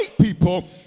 people